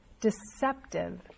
deceptive